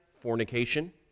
fornication